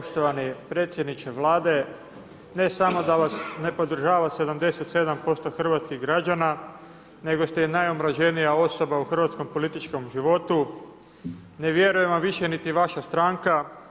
Poštovani predsjedniče Vlade, ne samo da vas ne podržava 77% hrvatskih građana, nego ste i najomraženija osoba u hrvatskom političkom životu, ne vjeruje vam više niti vaša stranka.